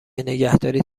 نگهداری